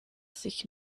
sich